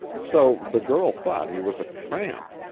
so the girl thought he was a tramp!